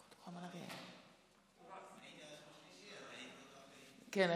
הייתי שלישי, כן.